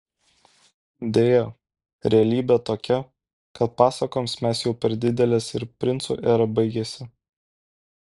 deja realybė tokia kad pasakoms mes jau per didelės ir princų era baigėsi